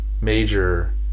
major